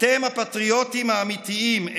אתם הפטריוטים האמיתיים,